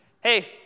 hey